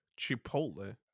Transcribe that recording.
Chipotle